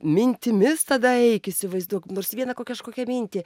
mintimis tada eik įsivaizduok nors vieną ko kažkokią mintį